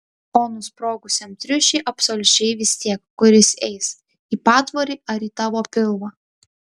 o nusprogusiam triušiui absoliučiai vis tiek kur jis eis į patvorį ar į tavo pilvą